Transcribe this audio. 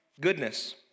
Goodness